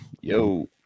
yo